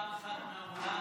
מותר לי להגיד פעם אחת מהאולם?